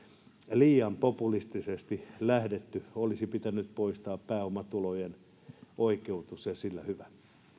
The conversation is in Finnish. liian populistisesti olisi pitänyt poistaa pääomatulojen oikeutus ja sillä hyvä